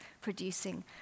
producing